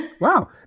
Wow